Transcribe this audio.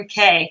UK